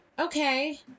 okay